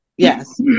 Yes